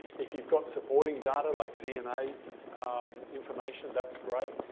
if you've got supporting data like dna information, that's great.